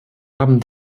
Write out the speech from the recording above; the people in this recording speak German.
haben